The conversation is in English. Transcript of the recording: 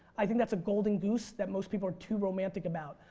i think that's a golden goose that most people are too romantic about.